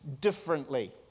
differently